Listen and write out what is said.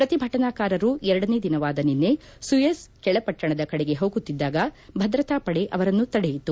ಪ್ರತಿಭಟನಕಾರರು ಎರಡನೇ ದಿನವಾದ ನಿನ್ನೆ ಸುಯೆಜ್ ಕೆಳಪಟ್ಟಣದ ಕಡೆಗೆ ಹೋಗುತ್ತಿದ್ದಾಗ ಭದ್ರತಾ ಪಡೆ ಅವರನ್ನು ತಡೆದರು